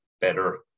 better